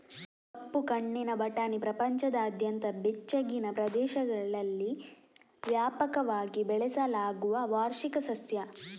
ಕಪ್ಪು ಕಣ್ಣಿನ ಬಟಾಣಿ ಪ್ರಪಂಚದಾದ್ಯಂತ ಬೆಚ್ಚಗಿನ ಪ್ರದೇಶಗಳಲ್ಲಿ ವ್ಯಾಪಕವಾಗಿ ಬೆಳೆಸಲಾಗುವ ವಾರ್ಷಿಕ ಸಸ್ಯ